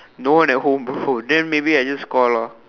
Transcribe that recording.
no one at home bro then maybe I just call lah